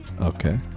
Okay